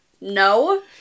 no